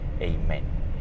Amen